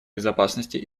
безопасности